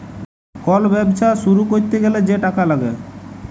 call ব্যবছা শুরু ক্যইরতে গ্যালে যে টাকা ল্যাগে